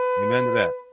Amen